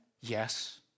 Yes